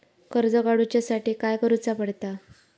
कर्ज काडूच्या साठी काय करुचा पडता?